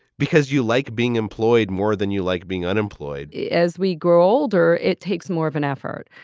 because you like being employed more than you like being unemployed as we grow older, it takes more of an effort.